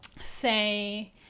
say